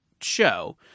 show